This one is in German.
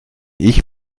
ich